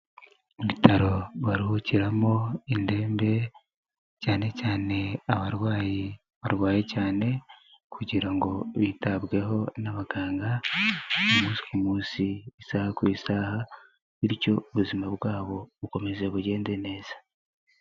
Ibitaro baruhukiramo indembe, cyane cyane abarwayi barwaye cyane kugira ngo bitabweho n'abaganga umunsi ku munsi, isaha ku isaha bityo ubuzima bwabo bukomeze bugende neza.